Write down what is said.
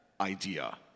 idea